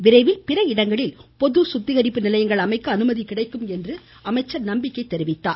விரைவில் பிற இடங்களில் பொது சுத்திகரிப்பு நிலையங்கள் அமைக்க அனுமதி கிடைக்கும் என்று நம்பிக்கை தெரிவித்தார்